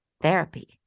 therapy